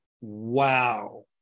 Wow